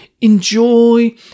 enjoy